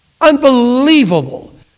unbelievable